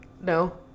No